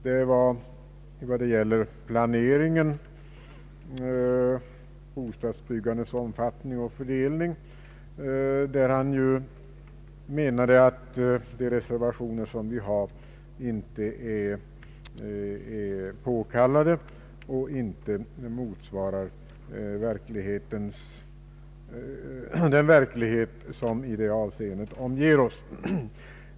I fråga om planeringen, bostadsbyggandets omfattning och fördelning menade han att våra reservationer inte är påkallade och inte motsvarar den verklighet som i det avseendet omger oss.